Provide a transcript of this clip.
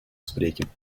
spreken